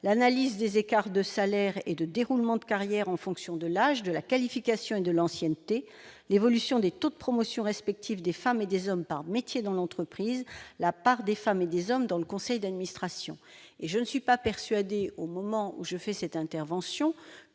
l'analyse des écarts de salaires et de déroulement de carrière en fonction de l'âge, de la qualification et de l'ancienneté, les données relatives à l'évolution des taux de promotion respectifs des femmes et des hommes par métiers dans l'entreprise, ainsi qu'à la part des femmes et des hommes dans le conseil d'administration. Je ne suis pas persuadée, au moment où je vous parle, que ce